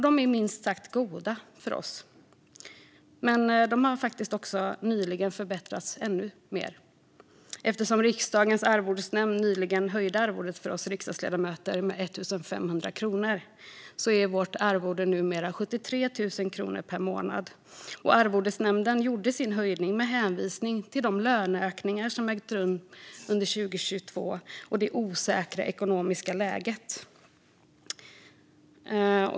De är minst sagt goda. Nyligen förbättrades de också ännu mer. Eftersom Riksdagens arvodesnämnd höjde arvodet för oss ledamöter med 1 500 kronor är vårt arvode numera 73 000 kronor per månad. Arvodesnämnden gjorde sin höjning med hänvisning till de löneökningar som ägt rum under 2022 och det osäkra ekonomiska läget.